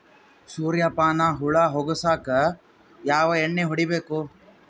ಸುರ್ಯಪಾನ ಹುಳ ಹೊಗಸಕ ಯಾವ ಎಣ್ಣೆ ಹೊಡಿಬೇಕು?